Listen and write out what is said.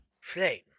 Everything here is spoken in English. Flame